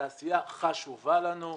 התעשייה חשובה לנו.